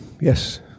Yes